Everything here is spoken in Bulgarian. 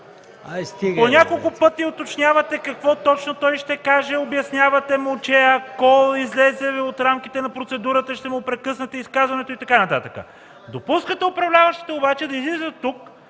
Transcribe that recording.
по няколко пъти уточнявате какво точно ще каже той, обяснявате му, че ако излезе от рамките на процедурата, ще прекъснете изказването му и така нататък. Допускате управляващите обаче да излизат тук